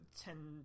ten